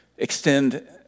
Extend